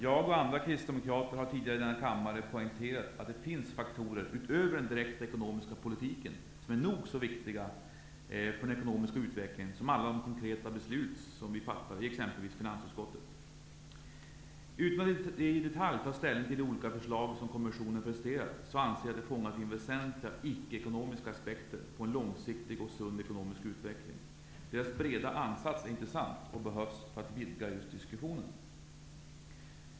Jag och andra kristdemokrater har tidigare i denna kammare poängterat att det finns faktorer utöver den direkta ekonomiska politiken som är nog så viktiga för den ekonomiska utvecklingen som alla konkreta beslut som fattas i exempelvis finansutskottet. Utan att i detalj ta ställning till de olika förslag som kommissionen presenterat så anser jag att den fångat in väsentliga icke-ekonomiska aspekter på en långsiktig och sund ekonomisk utveckling. Dess breda ansats är intressant och behövs för att vidga diskussionen.